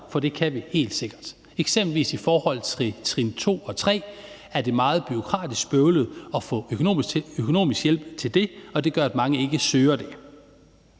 for det kan vi helt sikkert. Eksempelvis er det i forhold til trin to og tre meget bureaukratisk bøvlet at få økonomisk hjælp til det, og det gør, at mange ikke søger det.